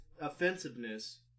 offensiveness